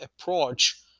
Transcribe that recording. approach